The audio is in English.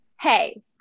hey